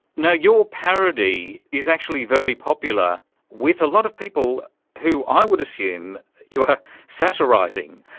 you know your parody is actually very popular with a lot of people who i would assume you are satirising,